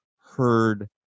heard